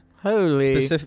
Holy